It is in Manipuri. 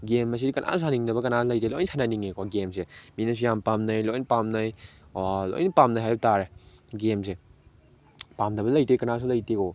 ꯒꯦꯝ ꯑꯁꯤ ꯀꯅꯥꯁꯨ ꯁꯥꯟꯅꯅꯤꯡꯗꯕ ꯀꯅꯥꯁꯨ ꯂꯩꯇꯦ ꯂꯣꯏ ꯁꯥꯟꯅꯅꯤꯡꯉꯤꯀꯣ ꯒꯦꯝꯁꯦ ꯃꯤꯅꯁꯨ ꯌꯥꯝ ꯄꯥꯝꯅꯩ ꯂꯣꯏ ꯄꯥꯝꯅꯩ ꯂꯣꯏꯅ ꯄꯥꯝꯅꯩ ꯍꯥꯏꯕ ꯇꯥꯔꯦ ꯒꯦꯝꯁꯦ ꯄꯥꯝꯗꯕ ꯂꯩꯇꯦ ꯀꯅꯥꯁꯨ ꯂꯩꯇꯦꯀꯣ